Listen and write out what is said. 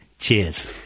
Cheers